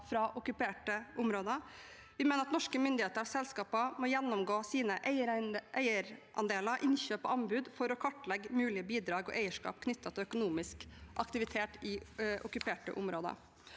fra okkuperte områder. Vi mener at norske myndigheter og selskaper må gjennomgå sine eierandeler, innkjøp og anbud for å kartlegge mulige bidrag og eierskap knyttet til økonomisk aktivitet i okkuperte områder.